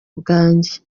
bwanje